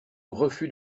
refus